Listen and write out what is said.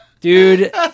Dude